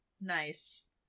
nice